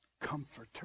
comforter